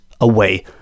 away